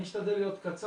אני אשתדל להיות קצר.